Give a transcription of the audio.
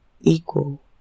equal